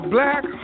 Black